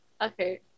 Okay